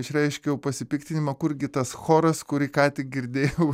išreiškiau pasipiktinimą kurgi tas choras kurį ką tik girdėjau